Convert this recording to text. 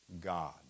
God